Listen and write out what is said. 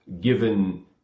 given